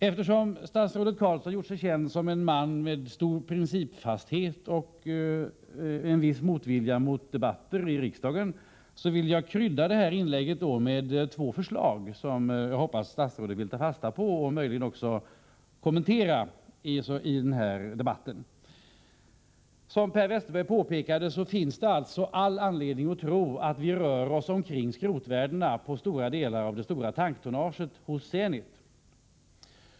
Eftersom statsrådet Carlsson gjort sig känd som en man med stor principfasthet och en viss motvilja mot debatter i riksdagen vill jag krydda detta inlägg med två förslag, som jag hoppas statsrådet vill ta fasta på och möjligen också kommentera i denna debatt. Som Per Westerberg påpekade finns det alltså all anledning att tro att vi rör oss omkring skrotvärdet för stora delar av Zenits tanktonnage.